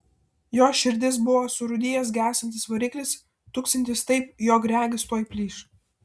jo širdis buvo surūdijęs gęstantis variklis tuksintis taip jog regis tuoj plyš